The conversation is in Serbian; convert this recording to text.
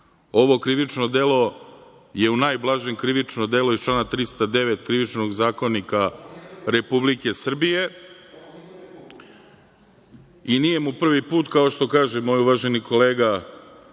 puč. Ovo krivično delo je u najblažem krivično delo iz člana 309. Krivičnog zakonika Republike Srbije i nije mu prvi put, kao što kaže moj uvaženi kolega